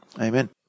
Amen